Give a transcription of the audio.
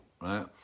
right